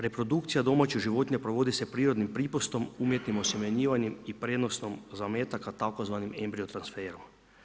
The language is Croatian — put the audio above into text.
Reprodukcija domaćih životinja provodi se prirodnim pripustom, umjetnim osjemenjivanjem i prijenosom zametaka tzv. embrio transferom.